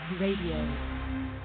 Radio